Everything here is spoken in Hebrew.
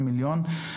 5 מיליון שקל,